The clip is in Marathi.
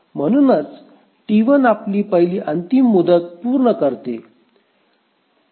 म्हणूनच T1 आपली पहिली अंतिम मुदत पूर्ण करते